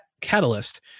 catalyst